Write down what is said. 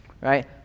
right